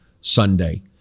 Sunday